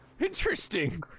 interesting